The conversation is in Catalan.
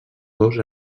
dos